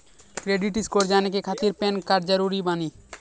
Credit score जाने के खातिर पैन कार्ड जरूरी बानी?